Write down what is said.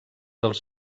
dels